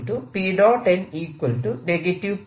n P